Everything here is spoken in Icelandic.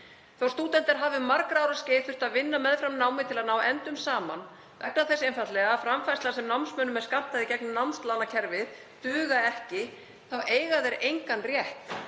að stúdentar hafi um margra ára skeið þurft að vinna meðfram námi til að ná endum saman, einfaldlega vegna þess að framfærslan sem námsmönnum er skömmtuð í gegnum námslánakerfið dugar ekki, þá eiga þeir engan rétt.